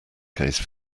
case